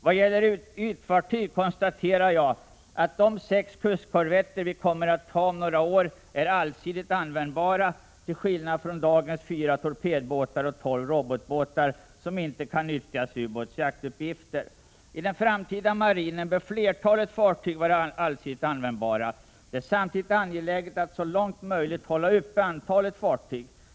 Vad gäller ytfartyg konstaterar jag att de sex kustkorvetter som vi kommer att ha om några år är allsidigt användbara, till skillnad från dagens fyra torpedbåtar och tolv robotbåtar, som inte kan nyttjas i ubåtsjaktsuppgifter. I den framtida marinen bör flertalet fartyg vara allsidigt användbara. Det är samtidigt angeläget att så långt möjligt hålla uppe antalet fartyg.